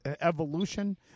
evolution